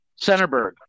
Centerburg